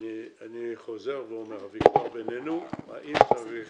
אני חוזר ואומר, הוויכוח בינינו האם צריך